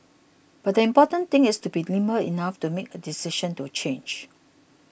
but the important thing is to be nimble enough to make a decision to change